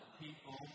people